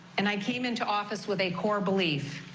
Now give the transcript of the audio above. and i came into office with a core belief.